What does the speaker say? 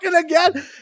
again